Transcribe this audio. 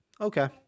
okay